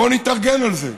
בוא נתארגן על זה.